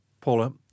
Paula